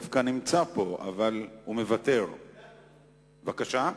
תקציב ועדת החקירה הממלכתית לבדיקת מצבם של מפוני גוש-קטיף,